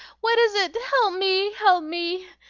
what is it? help me, help me!